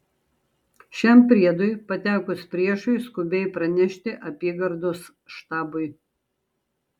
šiam priedui patekus priešui skubiai pranešti apygardos štabui